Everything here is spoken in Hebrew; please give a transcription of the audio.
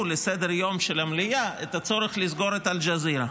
לסדר-היום של המליאה את הצורך לסגור את אל-ג'זירה.